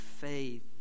faith